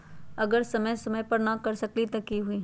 अगर समय समय पर न कर सकील त कि हुई?